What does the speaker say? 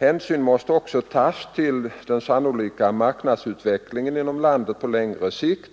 Hänsyn måste också tas till den sannolika marknadsutvecklingen inom landet på längre sikt